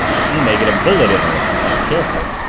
she may get a bullet in her if she's not careful.